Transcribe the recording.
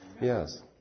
Yes